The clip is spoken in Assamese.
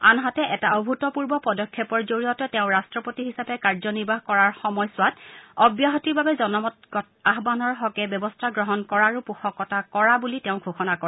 আনহাতে এটা অভূতপূৰ্ব পদক্ষেপৰ জৰিয়তে তেওঁ ৰাট্ৰপতি হিচাপে কাৰ্যনিৰ্বাহ কৰা সময়ছোৱাত অব্যাহতিৰ বাবে জনমত আহানৰ হকে ব্যৱস্থা গ্ৰহণ কৰাৰো পোষকতা কৰা বুলি তেওঁ ঘোষণা কৰে